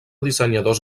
dissenyadors